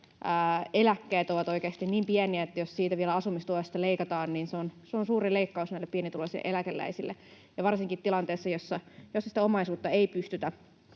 eläkkeet ovat oikeasti niin pieniä, että jos vielä asumistuesta leikataan, niin se on suuri leikkaus näille pienituloisille eläkeläisille ja varsinkin tilanteessa, jossa sitä omaisuutta ei pystytä